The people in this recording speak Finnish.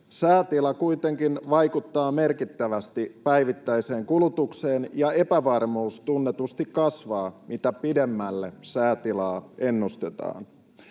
Säätila kuitenkin vaikuttaa merkittävästi päivittäiseen kulutukseen, ja epävarmuus tunnetusti kasvaa, mitä pidemmälle säätilaa ennustetaan.